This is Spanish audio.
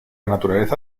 naturaleza